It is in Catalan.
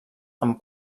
amb